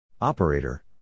Operator